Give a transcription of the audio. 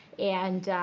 and,